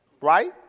right